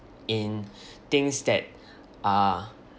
in things that are